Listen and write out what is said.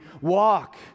walk